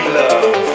love